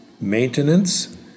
Maintenance